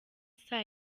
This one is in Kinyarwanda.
saa